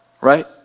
right